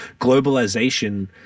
globalization